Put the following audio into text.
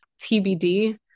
TBD